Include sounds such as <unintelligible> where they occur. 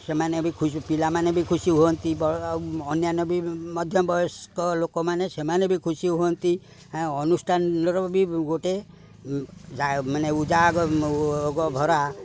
ସେମାନେ ବି <unintelligible> ପିଲାମାନେ ବି ଖୁସି ହୁଅନ୍ତି ଅନ୍ୟାନ୍ୟ ବି ମଧ୍ୟ ବୟସ୍କ ଲୋକମାନେ ସେମାନେ ବି ଖୁସି ହୁଅନ୍ତି ଅନୁଷ୍ଠାନର ବି ଗୋଟେ <unintelligible> ଉଜାଗରା